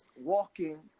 walking